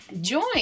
join